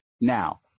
Now